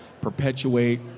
perpetuate